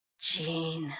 jean,